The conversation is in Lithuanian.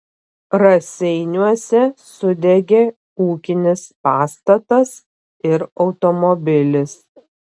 raseiniuose sudegė ūkinis pastatas ir automobilis